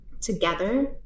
together